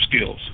skills